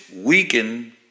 weaken